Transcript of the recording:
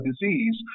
disease